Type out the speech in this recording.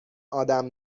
آدم